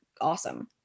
awesome